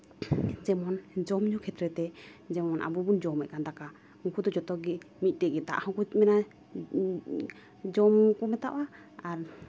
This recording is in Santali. ᱡᱮᱢᱚᱱ ᱡᱚᱢᱼᱧᱩ ᱠᱷᱮᱛᱛᱨᱮ ᱛᱮ ᱡᱮᱢᱚᱱ ᱟᱵᱚ ᱵᱚᱱ ᱡᱚᱢᱮᱜ ᱠᱟᱱ ᱫᱟᱠᱟ ᱩᱱᱠᱩ ᱫᱚ ᱡᱚᱛᱚᱜᱮ ᱢᱤᱫᱴᱮᱡ ᱜᱮ ᱫᱟᱜ ᱦᱚᱸᱠᱚ ᱢᱟᱱᱮ ᱡᱚᱢᱼᱧᱩ ᱠᱚ ᱢᱮᱛᱟᱜᱼᱟ ᱟᱨ